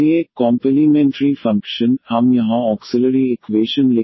इसलिए complementary function हम यहां ऑक्सिलरी इक्वेशन लिखते हैं m2 3m20